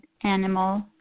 animal